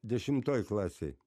dešimtoj klasėj